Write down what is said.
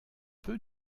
peu